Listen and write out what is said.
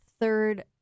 third